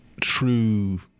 true